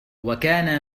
وكان